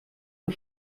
nur